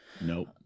Nope